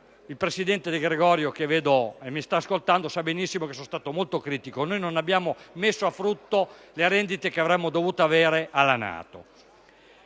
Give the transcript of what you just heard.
il presidente De Gregorio che mi sta ascoltando lo sa bene - sono stato molto critico, poiché non abbiamo messo a frutto le rendite che avremmo dovuto avere all'interno